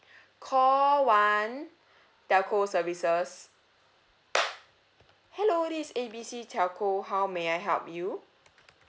call one telco services hello this is A B C telco how may I help you